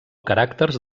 caràcters